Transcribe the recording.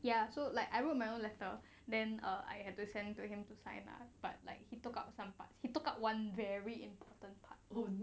ya so like I wrote my own letter then err I had to send to him to sign lah but like he took up some parts he took up one very important part